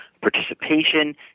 Participation